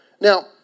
Now